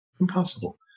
impossible